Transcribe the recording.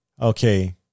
okay